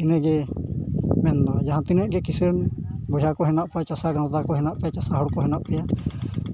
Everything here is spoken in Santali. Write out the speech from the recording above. ᱤᱱᱟᱹᱜᱮ ᱢᱮᱱᱫᱚ ᱡᱟᱦᱟᱸ ᱛᱤᱱᱟᱹᱜᱼᱜᱮ ᱠᱤᱥᱟᱹᱲ ᱵᱚᱭᱦᱟ ᱠᱚ ᱦᱮᱱᱟᱜ ᱠᱚᱣᱟ ᱪᱟᱥᱟ ᱠᱚ ᱪᱟᱥᱟ ᱦᱚᱲ ᱠᱚ ᱢᱮᱱᱟᱜ ᱯᱮᱭᱟ